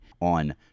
on